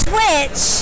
Twitch